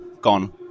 gone